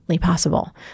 possible